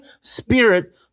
spirit